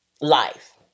life